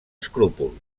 escrúpols